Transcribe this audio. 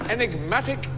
Enigmatic